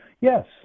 yes